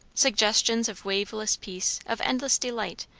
suggestions of waveless peace, of endless delight,